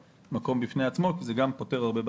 מקום בפני עצמו כי זה גם פותר הרבה בעיות.